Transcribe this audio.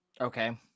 Okay